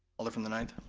alder from the ninth?